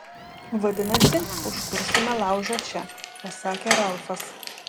vadinasi užkursime laužą čia pasakė ralfas